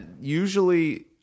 usually